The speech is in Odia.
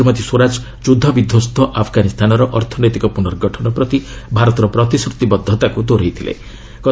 ବୈଠକ ପରେ ଶ୍ରୀମତୀ ସ୍ୱରାଜ ଯୁଦ୍ଧବିଧ୍ୱସ୍ତ ଆଫଗାନିସ୍ତାନର ଅର୍ଥନୈତିକ ପୁନର୍ଗଠନ ପ୍ରତି ଭାରତର ପ୍ରତିଶ୍ରତିବଦ୍ଧତାକୁ ଦେହରାଇଥିଲେ